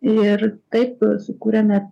ir taip sukūrėme